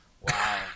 Wow